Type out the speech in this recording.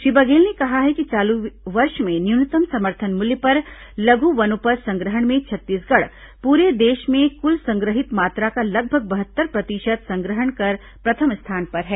श्री बघेल ने कहा है कि चालू वर्ष में न्यूनतम समर्थन मूल्य पर लघु वनोपज संग्रहण में छत्तीसगढ़ पूरे देश में कुल संग्रहित मात्रा का लगभग बहत्तर प्रतिशत संग्रहण कर प्रथम स्थान पर है